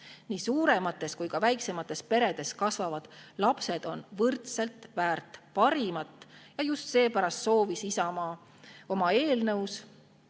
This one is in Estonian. Nii suuremates kui ka väiksemates peredes kasvavad lapsed on võrdselt väärt parimat ja just seepärast on Isamaa soovinud